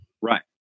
right